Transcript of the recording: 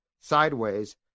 sideways